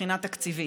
מבחינה תקציבית?